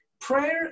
Prayer